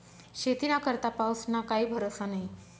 शेतीना करता पाऊसना काई भरोसा न्हई